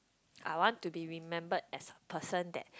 I want to be remembered as a person that